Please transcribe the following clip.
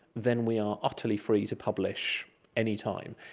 then we are utterly free to publish any time.